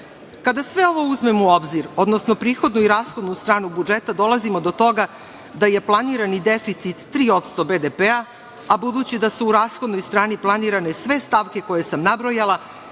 sve ovo uzmemo u obzir, odnosno prihodnu i rashodnu stranu budžeta, dolazimo do toga da je planirani deficit 3% BDP-a, a budući da su u rashodnoj stani planirane sve stavke koje sam nabrojala,